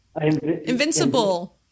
Invincible